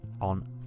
on